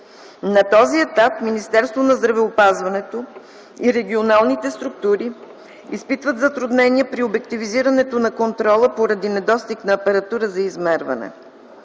На този етап Министерството на здравеопазването и регионалните структури изпитват затруднения при обективизирането на контрола поради недостиг на апаратура за измерване.